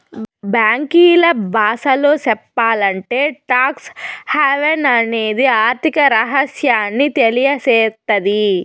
బ్యాంకీల బాసలో సెప్పాలంటే టాక్స్ హావెన్ అనేది ఆర్థిక రహస్యాన్ని తెలియసేత్తది